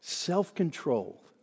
Self-control